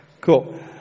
cool